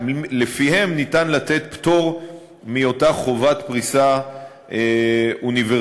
לפיהם ניתן לתת פטור מאותה חובת פריסה אוניברסלית.